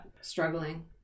struggling